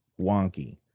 wonky